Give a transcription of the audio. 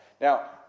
Now